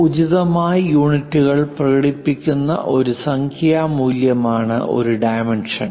ഉചിതമായ യൂണിറ്റുകളിൽ പ്രകടിപ്പിക്കുന്ന ഒരു സംഖ്യാ മൂല്യമാണ് ഒരു ഡൈമെൻഷൻ